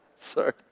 Sorry